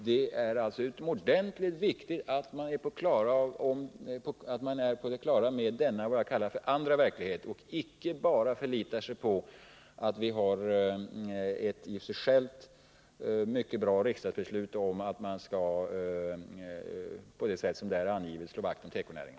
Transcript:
Det är alltså utomordentligt viktigt att vi är på det klara med vad jag kallar för den andra verkligheten och inte bara förlitar oss på att vi har ett i sig självt mycket bra riksdagsbeslut om att på det sätt som där angivits slå vakt om tekonäringen.